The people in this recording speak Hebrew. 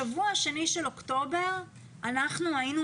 שבוע השני של אוקטובר אנחנו היינו